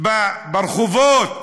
ברחובות